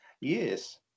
Yes